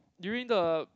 during the